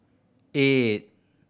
eight